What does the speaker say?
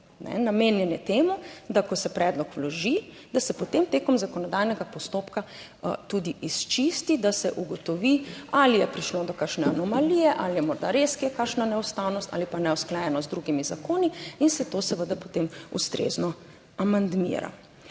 Namenjen je temu, da ko se predlog vloži, da se, potem tekom zakonodajnega postopka tudi izčisti, da se ugotovi, ali je prišlo do kakšne anomalije. ali je morda res kje kakšna neustavnost ali pa neusklajenost z drugimi zakoni in se to seveda potem ustrezno amandmira.